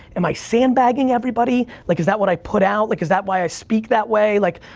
am i sandbagging everybody? like, is that what i put out? like, is that why i speak that way? like,